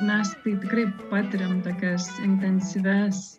mes tikrai patiriam tokias intensyvias